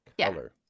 color